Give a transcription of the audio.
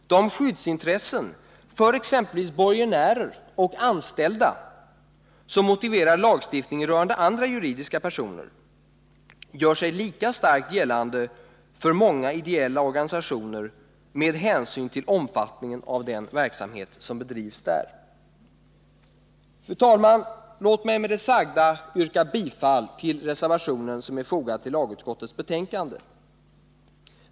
De skyddsintressen — exempelvis när det gäller borgenärer och anställda — som motiverar lagstiftning rörande andra juridiska personer gör sig lika starkt gällande för många ideella organisationer, med hänsyn till omfattningen av den verksamhet som där bedrivs. Fru talman! Låt mig med det sagda yrka bifall till reservationen som är fogad vid lagutskottets betänkande.